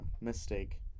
mistake